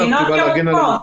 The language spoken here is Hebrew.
מדינות ירוקות.